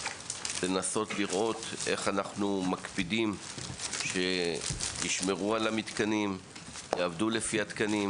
לנסות ולראות איך אנחנו מקפידים שישמרו על המתקנים ויעבדו לפי התקנים,